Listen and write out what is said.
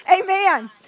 Amen